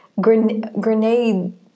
grenade